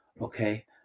Okay